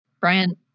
Brian